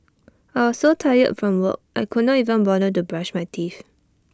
I was so tired from work I could not even bother to brush my teeth